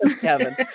Kevin